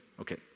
Okay